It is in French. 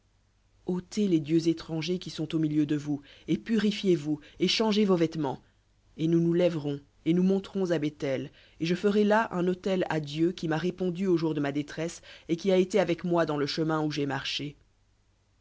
ôtez les dieux étrangers qui sont au milieu de vous et purifiez-vous et changez vos vêtements et nous nous lèverons et nous monterons à béthel et je ferai là un autel à dieu qui m'a répondu au jour de ma détresse et qui a été avec moi dans le chemin où j'ai marché